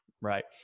right